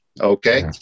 okay